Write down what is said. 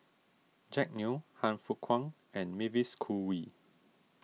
Jack Neo Han Fook Kwang and Mavis Khoo Oei